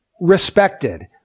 respected